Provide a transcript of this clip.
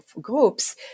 groups